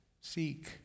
seek